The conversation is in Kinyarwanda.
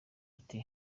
ati